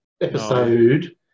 episode